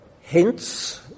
hints